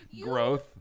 growth